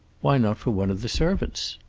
why not for one of the servants?